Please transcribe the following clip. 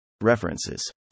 References